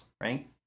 right